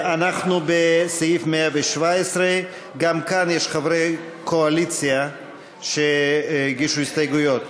אנחנו בסעיף 117. גם כאן יש חברי קואליציה שהגישו הסתייגויות.